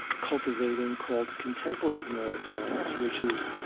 cultivating called contemplative neuroscience, which is